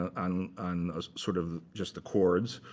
on on ah sort of just the chords.